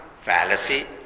fallacy